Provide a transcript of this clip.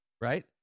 right